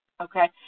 Okay